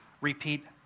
Repeat